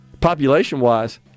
population-wise